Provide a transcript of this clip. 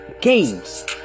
games